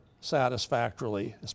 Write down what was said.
satisfactorily